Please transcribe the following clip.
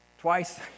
Twice